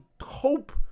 hope